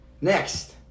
Next